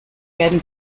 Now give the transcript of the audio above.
werden